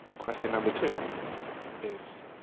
question number two is.